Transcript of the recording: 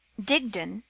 digdon,